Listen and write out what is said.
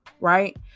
right